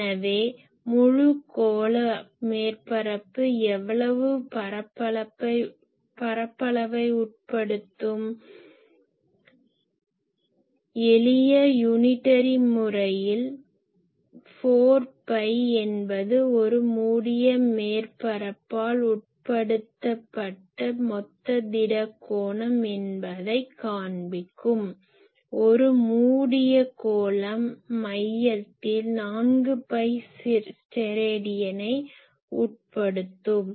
எனவே முழு கோள மேற்பரப்பு எவ்வளவு பரப்பளவைக் உட்படுத்தும் எளிய யுனிடரி unitary ஒற்றையாட்சி முறையில் 4பை என்பது ஒரு மூடிய மேற்பரப்பால் உட்படுத்தப்பட்ட மொத்த திட கோணம் என்பதைக் காண்பிக்கும் ஒரு மூடிய கோளம் மையத்தில் 4பை ஸ்டெராடியனை உட்படுத்தும்